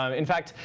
um in fact,